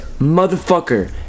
motherfucker